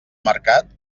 mercat